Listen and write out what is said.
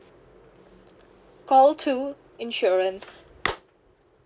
call two insurance